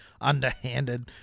underhanded